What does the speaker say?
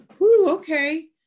okay